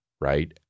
right